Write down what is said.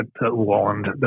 warned